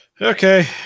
Okay